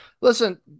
Listen